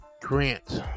grant